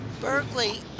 Berkeley